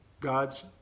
God's